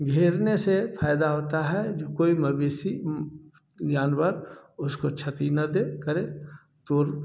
घेरने से फायदा होता है जो कोई मवेशी जानवर उसको क्षति न दें करें तोड़